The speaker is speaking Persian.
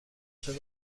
چرا